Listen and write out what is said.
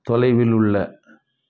தொலைவில் உள்ள